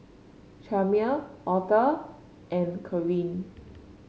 Chalmer Auther and Karin